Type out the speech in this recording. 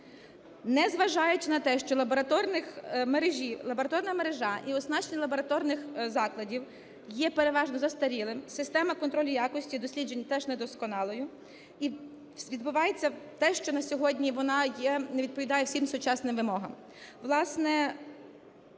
Незважаючи на те, що лабораторна мережа і оснащення лабораторних закладів є переважно застарілим, система контролю якості досліджень теж недосконала, і відбувається те, що на сьогодні вона не відповідає всім сучасним вимогам.